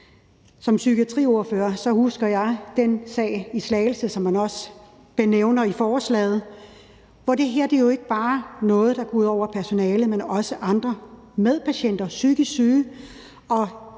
Som psykiatriordfører husker jeg den sag i Slagelse, som man også nævner i forslaget. For det her er jo ikke bare noget, der går ud over personalet, men også ud over andre medpatienter og psykisk syge.